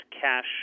cash